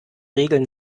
regeln